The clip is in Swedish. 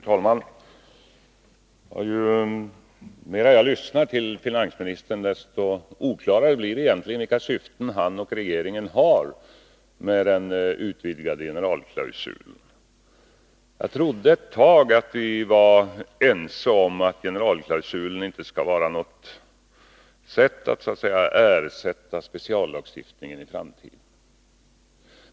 Fru talman! Ju mer jag lyssnar till finansministern, desto oklarare tycker jag att det blir vilka syften han och regeringen har med den utvidgade generalklausulen. Jag trodde ett tag att vi var ense om att generalklausulen inte skulle vara ett sätt att ersätta speciallagstiftning i framtiden.